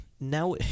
now